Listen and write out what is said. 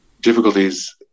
difficulties